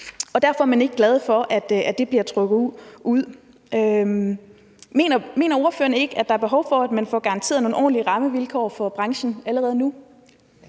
Og derfor er man ikke glad for, at det bliver trukket ud. Mener ordføreren ikke, at der er behov for, at man få garanteret nogle ordentlige rammevilkår for branchen allerede nu?